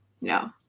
No